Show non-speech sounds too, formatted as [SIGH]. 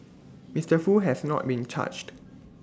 [NOISE] Mister Foo has not been charged